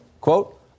Quote